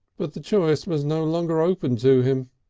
but the choice was no longer open to him.